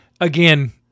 Again